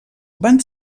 van